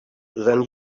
than